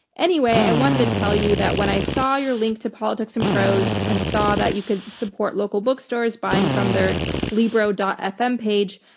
anyway, i wanted to tell you that when i saw your link to politics and prose and saw that you could support local bookstores buying from their libro. fm page,